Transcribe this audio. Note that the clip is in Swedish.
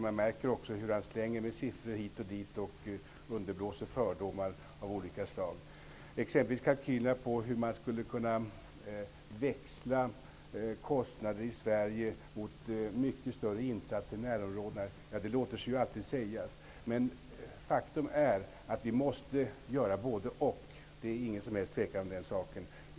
Man märker också hur han slänger omkring sig siffror hit och dit och underblåser fördomar av olika slag. Jag tänker då exempelvis på kalkylerna över hur man skulle kunna växla kostnader i Sverige mot mycket större insatser i närområdena. Det låter sig ju alltid sägas. Men faktum är att vi måste göra både--och. Det är inget som helst tvivel om den saken.